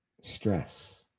stress